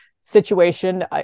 situation